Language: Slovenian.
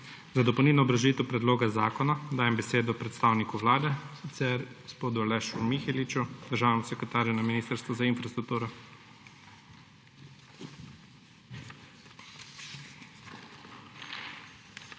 Za dopolnilno obrazložitev predloga zakona dajem besedo predstavniku Vlade gospodu Alešu Miheliču, državnemu sekretarju na Ministrstvu za infrastrukturo.